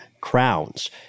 crowns